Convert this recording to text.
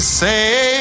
say